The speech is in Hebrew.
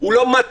הוא לא מתאים.